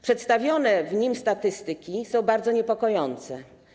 Przedstawione w nim statystyki są bardzo niepokojące.